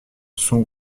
son